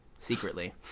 Secretly